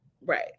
Right